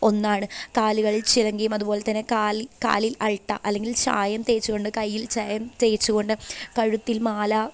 ഒന്നാണ് കാലുകളിൽ ചിലങ്കയും അതുപോലെതന്നെ കാലിൽ കാലിൽ അൾട്ടാ അല്ലെങ്കിൽ ഛായം തേച്ചുകൊണ്ട് കയ്യിൽ ഛായം തേച്ചുകൊണ്ട് കഴുത്തിൽ മാല